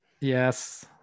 Yes